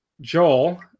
Joel